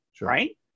right